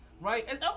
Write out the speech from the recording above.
right